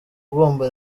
ugomba